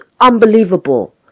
unbelievable